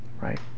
right